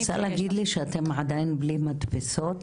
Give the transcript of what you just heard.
את רוצה להגיד לי שאתם עדיין בלי מדפסות?